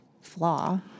flaw